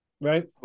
right